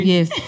Yes